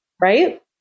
Right